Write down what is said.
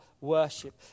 worship